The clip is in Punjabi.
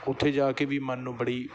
ਉੱਥੇ ਜਾ ਕੇ ਵੀ ਮਨ ਨੂੰ ਬੜੀ